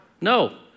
No